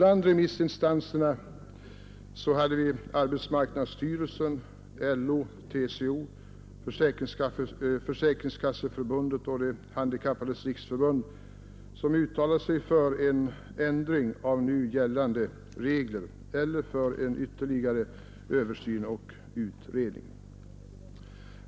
Av remissinstanserna uttalade sig arbetsmarknadsstyrelsen, LO, TCO, Försäkringskasseförbundet och De handikappades riksförbund för en ändring av nu gällande regler eller för ytterligare översyn och utredning.